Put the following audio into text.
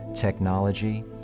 technology